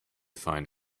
find